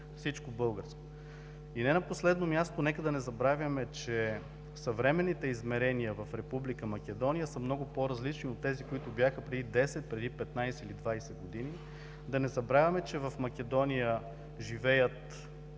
всичко българско. Не на последно място, нека да не забравяме, че съвременните измерения в Република Македония са много по-различни от тези, които бяха преди 10, преди 15 или 20 години. Да не забравяме, че в Македония живеят